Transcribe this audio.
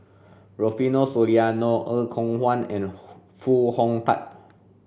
Rufino Soliano Er Kwong Wah and Hoo Foo Hong Tatt